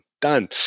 done